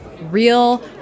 real